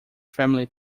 family